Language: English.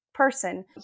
Person